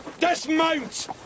Dismount